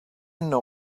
know